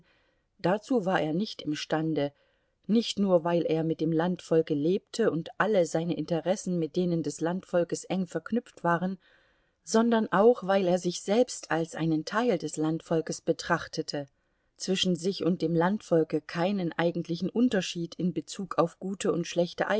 dazu war er nicht imstande nicht nur weil er mit dem landvolke lebte und alle seine interessen mit denen des landvolkes eng verknüpft waren sondern auch weil er sich selbst als einen teil des landvolkes betrachtete zwischen sich und dem landvolke keinen eigentlichen unterschied in bezug auf gute und schlechte